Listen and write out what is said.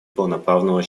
полноправного